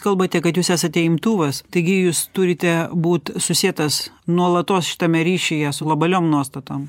kalbate kad jūs esate imtuvas taigi jūs turite būt susietas nuolatos šitame ryšyje su globaliom nuostatom